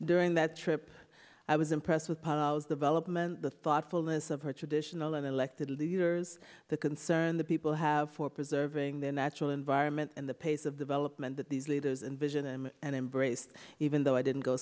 during that trip i was impressed with polish development the thoughtfulness of her traditional and elected leaders the concern the people have for preserving their natural environment and the pace of development that these leaders and vision and and embrace even though i didn't go